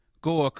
Go